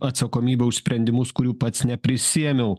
atsakomybę už sprendimus kurių pats neprisiėmiau